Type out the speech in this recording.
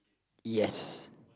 yes